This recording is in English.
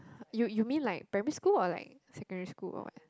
you you mean like primary school or like secondary school or what